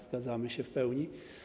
Zgadzamy się w pełni.